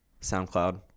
SoundCloud